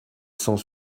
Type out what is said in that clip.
cent